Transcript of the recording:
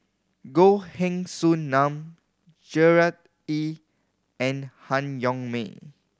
Goh Heng Soon Sam Gerard Ee and Han Yong May